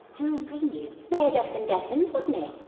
who imprisoned you? mayor desmond desmond, wasn't it.